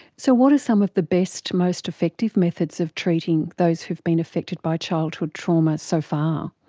so what are some of the best, most effective methods of treating those who been affected by childhood trauma so far?